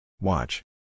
Watch